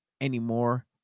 anymore